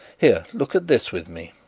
here, look at this with me.